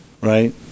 Right